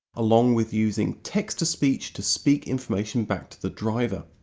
along with using text to speech to speak information back to the driver.